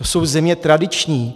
To jsou země tradiční.